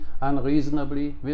unreasonably